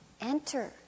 Enter